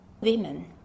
women